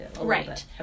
Right